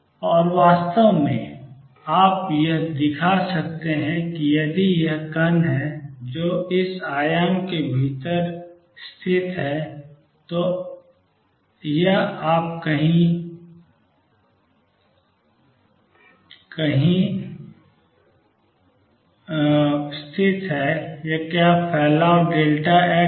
और वास्तव में आप यह दिखा सकते हैं कि यदि यह कण है जो इस आयाम के भीतर स्थित है तो यह यहां कहीं स्थित है क्या फैलाव x है